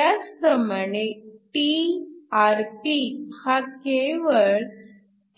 त्याचप्रमाणे Trp हा केवळ